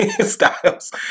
styles